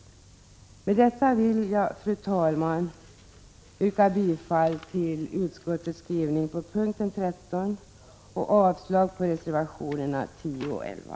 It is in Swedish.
Med detta vill jag yrka bifall till utskottets skrivning på punkten 13 och avslag på reservationerna 10 och 11.